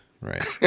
right